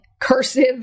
cursive